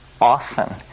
often